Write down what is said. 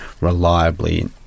reliably